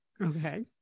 Okay